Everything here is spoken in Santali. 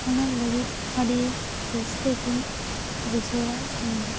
ᱚᱱᱟ ᱞᱟᱹᱜᱤᱫ ᱟᱹᱰᱤ ᱨᱟᱹᱥᱠᱟᱹ ᱜᱮᱧ ᱵᱩᱡᱷᱟᱹᱣᱟ ᱤᱧᱫᱚ